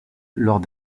lors